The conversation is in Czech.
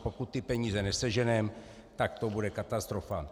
Pokud ty peníze neseženeme, tak to bude katastrofa.